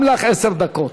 גם לך עשר דקות.